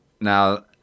Now